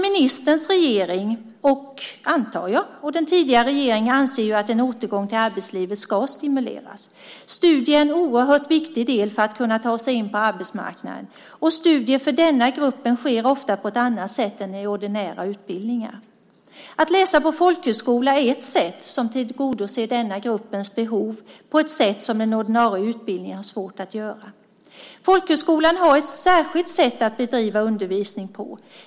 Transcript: Ministerns regering anser, antar jag, liksom den tidigare regeringen, att en återgång till arbetslivet ska stimuleras. Studier är en oerhört viktig del för att kunna ta sig in på arbetsmarknaden, och studierna för denna grupp sker ofta på ett annat sätt än för ordinära utbildningar. Att läsa på folkhögskola tillgodoser denna grupps behov på ett sätt som en ordinarie utbildning har svårt att göra. Folkhögskolan har ett särskilt sätt att bedriva undervisning på.